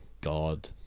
God